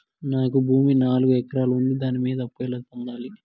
నాకు భూమి నాలుగు ఎకరాలు ఉంది దాని మీద అప్పు ఎలా పొందాలి?